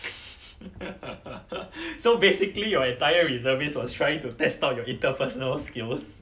so basically your entire reservist was trying to test out your interpersonal skills